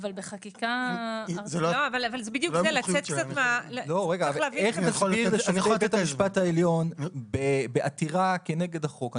אם תוגש לבית המשפט העליון עתירה נגד החוק.